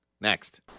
next